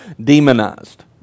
demonized